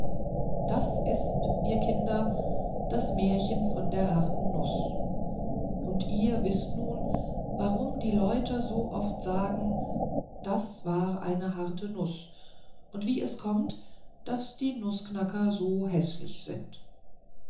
das ist ihr kinder das märchen von der harten nuß und ihr wißt nun warum die leute so oft sagen das war eine harte nuß und wie es kommt daß die nußknacker so häßlich sind